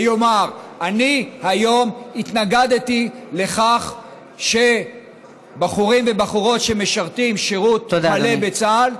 ויאמר: אני היום התנגדתי לכך שבחורים ובחורות שמשרתים שירות מלא בצה"ל,